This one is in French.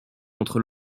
contre